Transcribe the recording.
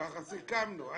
ככה סיכמנו.